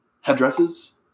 headdresses